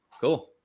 cool